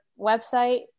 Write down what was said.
website